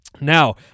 Now